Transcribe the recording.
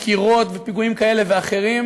דקירות ופיגועים כאלה ואחרים.